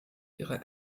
ihre